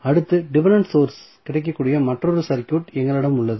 அடுத்து dependent source கிடைக்கக்கூடிய மற்றொரு சர்க்யூட் எங்களிடம் உள்ளது